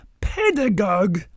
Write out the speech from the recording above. pedagogue